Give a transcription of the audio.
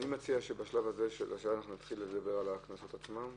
אני מציע שבשלב הזה נתחיל לדבר על הקנסות עצמן,